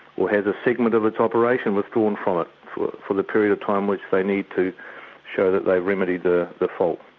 or has a segment of its operation withdrawn from it for the period of time which they need to show that they remedied the but fault.